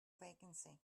vacancy